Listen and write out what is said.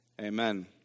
Amen